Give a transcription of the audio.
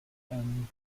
einem